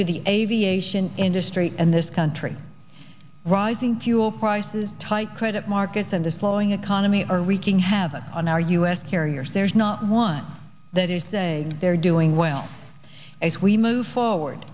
to the aviation industry in this country rising fuel prices tight credit markets and a slowing economy are wreaking havoc on our u s carriers there's not one that is saying they're doing well as we move forward